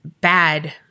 bad